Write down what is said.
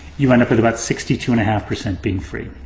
you end up with about sixty two and a half percent being free.